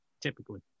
typically